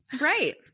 Right